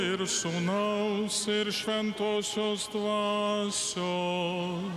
ir sūnaus ir šventosios dvasios